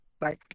Bye